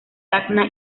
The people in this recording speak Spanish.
tacna